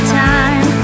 time